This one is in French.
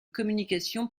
communication